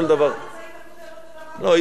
על עיתון "הארץ" היית כותב אותו דבר בסטטוס?